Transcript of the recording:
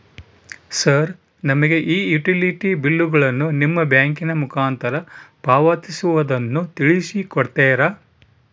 Sir ನಮಗೆ ಈ utility ಬಿಲ್ಲುಗಳನ್ನು ನಿಮ್ಮ ಬ್ಯಾಂಕಿನ ಮುಖಾಂತರ ಪಾವತಿಸುವುದನ್ನು ತಿಳಿಸಿ ಕೊಡ್ತೇರಾ?